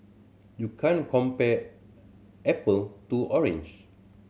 you can't compare apple to orange